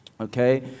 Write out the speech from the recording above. Okay